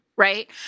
Right